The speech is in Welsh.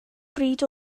bryd